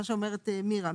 מה שאומרת מירה,